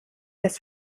das